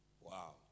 Wow